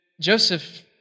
Joseph